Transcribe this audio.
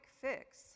fix